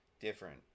different